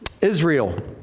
Israel